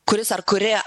kuris ar kuri